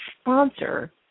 sponsor